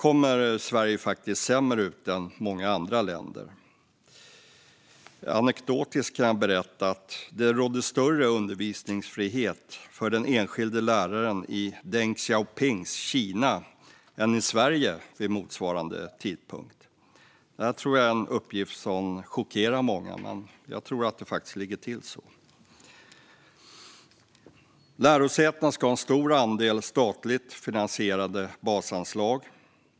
Sverige ligger faktiskt sämre till än många andra länder när det gäller det. Jag kan lite anekdotiskt berätta att det rådde större undervisningsfrihet för den enskilda läraren i Deng Xiaopings Kina än i Sverige vid motsvarande tidpunkt. Det är en uppgift som nog chockar många. Men jag tror faktiskt att det låg till på det sättet. Lärosätena ska ha en stor andel statligt finansierade basanslag.